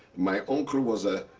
my uncle was a